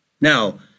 Now